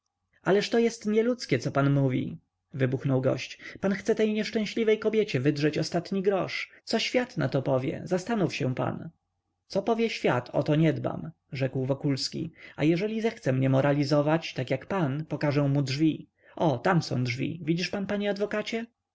ależ to jest nieludzkie co pan mówi wybuchnął gość pan chce tej nieszczęśliwej kobiecie wydrzeć ostatni grosz co świat nato powie zastanów się pan co powie świat o to nie dbam rzekł wokulski a jeżeli zechce mnie moralizować tak jak pan pokażę mu drzwi o tam są drzwi widzisz pan panie adwokacie